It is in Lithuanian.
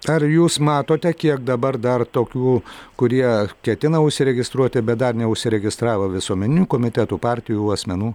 ar jūs matote kiek dabar dar tokių kurie ketina užsiregistruoti bet dar neužsiregistravo visuomeninių komitetų partijų asmenų